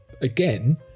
again